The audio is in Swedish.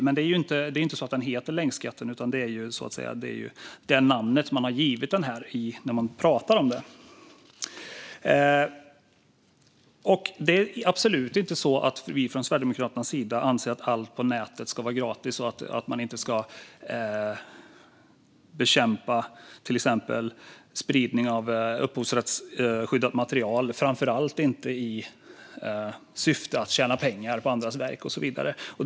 Den heter inte länkskatten, men det är det namn som man använder när man talar om den. Det är absolut inte så att vi från Sverigedemokraternas sida anser att allt på nätet ska vara gratis och att man inte ska bekämpa till exempel spridning av upphovsrättsskyddat material, framför allt inte i syfte att tjäna pengar på andras verk och så vidare.